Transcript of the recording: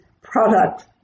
product